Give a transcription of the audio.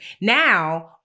Now